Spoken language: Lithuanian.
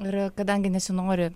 ir kadangi nesinori